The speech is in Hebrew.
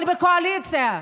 אבל הקואליציה,